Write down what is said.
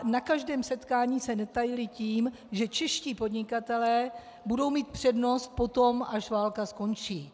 Na každém setkání se netajili tím, že čeští podnikatelé budou mít přednost potom, až válka skončí.